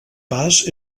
pas